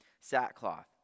sackcloth